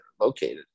located